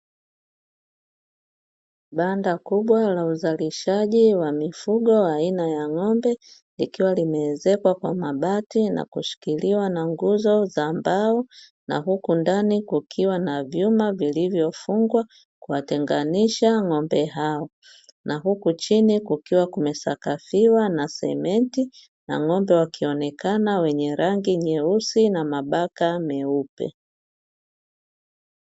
Banda kubwa la uzalishaji wa mifugo aina ya ng'ombe likiwa limeezekwa kwa mabati na kushikiliwa na nguzo za mbao na huku ndani kukiwa na vyuma vilivyofungwa kuwatenganisha ng'ombe hao, na huku chini kukiwa kumesakafiwa na simenti na ng'ombe wakionekana wenye rangi nyeusi na mabaka meupe.